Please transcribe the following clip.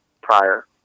prior